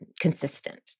consistent